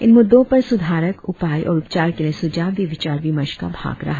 इन मुद्दों पर सुधारक उपाय और उपचार के लिए सुझाव भी विचार विमर्श का भाग रहा